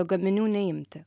gaminių neimti